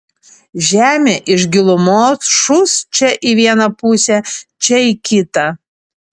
žemė iš gilumos šūst čia į vieną pusę čia į kitą